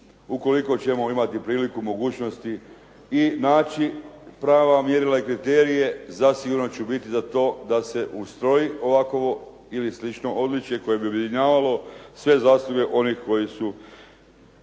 Ukoliko ćemo imati priliku mogućnosti i naći prava mjerila i kriterije zasigurno ću biti za to da se ustroji ovakvo ili slično odličje koje bi objedinjavalo sve zasluge onih koji su